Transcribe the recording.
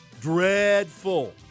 Dreadful